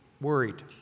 worried